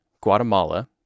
Guatemala